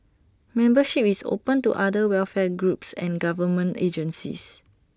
membership is open to other welfare groups and government agencies